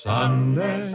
Sunday